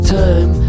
time